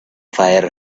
fire